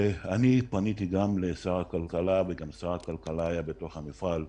פניתי לשר הכלכלה, שר הכלכלה גם היה במפעל,